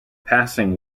passing